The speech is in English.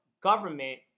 government